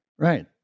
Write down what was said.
Right